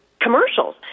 commercials